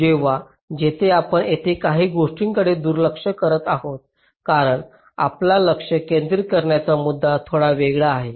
जेव्हा येथे आपण येथे काही गोष्टींकडे दुर्लक्ष करीत आहोत कारण आपला लक्ष केंद्रित करण्याचा मुद्दा थोडा वेगळा आहे